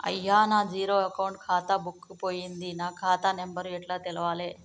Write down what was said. అయ్యా నా zero account ఖాతా బుక్కు పోయింది నా ఖాతా నెంబరు ఎట్ల తెలవాలే?